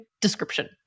description